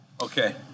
Okay